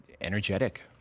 energetic